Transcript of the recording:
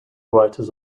writers